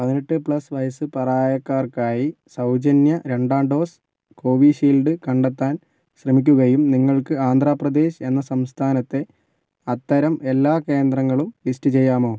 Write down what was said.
പതിനെട്ട് പ്ലസ് വയസ്സ് പ്രായക്കാർക്കായി സൗജന്യ രണ്ടാം ഡോസ് കോവിഷീൽഡ് കണ്ടെത്താൻ ശ്രമിക്കുകയും നിങ്ങൾക്ക് ആന്ധ്ര പ്രദേശ് എന്ന സംസ്ഥാനത്തെ അത്തരം എല്ലാ കേന്ദ്രങ്ങളും ലിസ്റ്റ് ചെയ്യാമോ